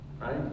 Right